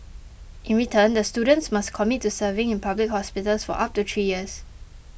in return the students must commit to serving in public hospitals for up to three years